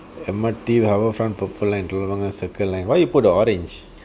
M_R_T harbourfront purple line along the circle line why you put the orange